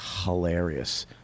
hilarious